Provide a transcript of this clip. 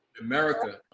America